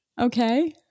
Okay